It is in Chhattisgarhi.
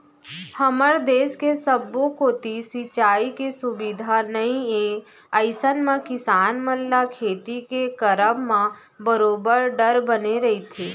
हमर देस के सब्बो कोती सिंचाई के सुबिधा नइ ए अइसन म किसान मन ल खेती के करब म बरोबर डर बने रहिथे